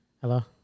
hello